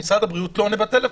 משרד הבריאות לא עונה בטלפון.